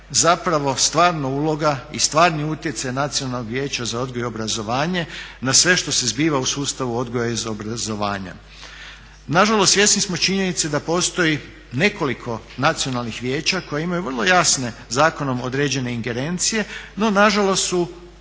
zapravo stvarno uloga i stvarni utjecaj Nacionalnog vijeća za odgoj i obrazovanje na sve što se zbiva u sustavu odgoja i obrazovanja. Nažalost svjesni smo činjenice da postoji nekoliko nacionalnih vijeća koja imaju vrlo jasne zakonom određene ingerencije no nažalost su